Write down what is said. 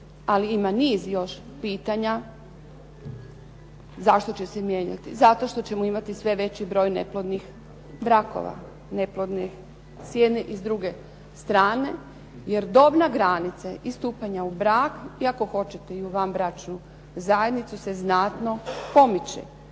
Ali ima niz još pitanja zašto će se mijenjati. Zato što ćemo imati sve veći broj neplodnih brakova, neplodne s jedne i druge strane. Jer dobna granica i stupanja u brak i ako hoćete i u vanbračnu zajednicu se znatno pomiče,